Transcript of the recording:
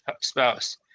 spouse